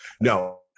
no